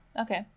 Okay